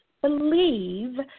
believe